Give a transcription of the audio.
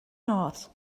north